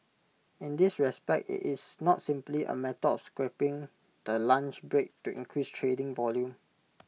in this respect IT is not simply A matter of scrapping the lunch break to increase trading volume